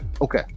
Okay